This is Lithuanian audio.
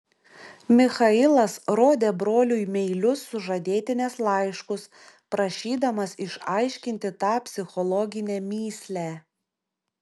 michailas rodė broliui meilius sužadėtinės laiškus prašydamas išaiškinti tą psichologinę mįslę